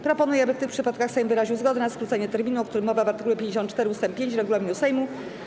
Proponuję, aby w tych przypadkach Sejm wyraził zgodę na skrócenie terminu, o którym mowa w art. 54 ust. 5 regulaminu Sejmu.